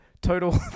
total